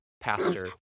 pastor